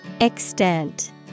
Extent